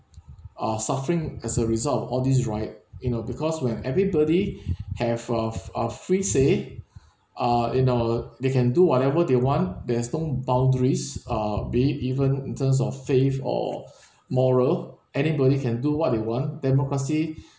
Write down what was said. are suffering as a result all these riot you know because when everybody have uh f~ uh free say uh you know they can do whatever they want there is no boundaries uh be it even in terms of faith or moral anybody can do what they want democracy